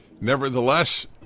Nevertheless